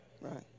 Right